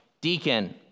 deacon